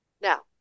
Now